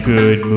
Good